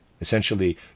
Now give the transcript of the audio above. Essentially